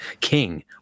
king